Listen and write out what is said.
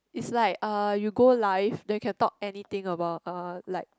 is like uh you go live then you can talk anything about uh like